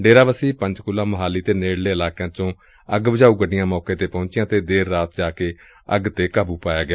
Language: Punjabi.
ਡੇਰਾ ਬੱਸੀ ਪੰਚਕੂਲਾ ਮੋਹਾਲੀ ਅਤੇ ਨੇੜਲੇ ਇਲਾਕਿਆਂ ਚੋਂ ਅੱਗ ਬੁਝਾਊ ਗੱਡੀਆਂ ਮੌਕੇ ਤੇ ਪਹੁੰਚੀਆਂ ਅਤੇ ਦੇਰ ਰਾਤ ਨੂੰ ਜਾ ਕੇ ਅੱਗ ਤੇ ਕਾਬੂ ਪਾ ਲਿਆ ਗਿਆ